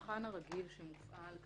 במבחן הרגיל שמופעל,